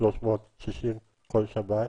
360 שקלים כל שבת,